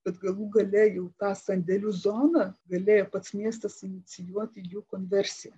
bet galų gale jau tą sandėlių zona galėjo pats miestas inicijuoti jų konversiją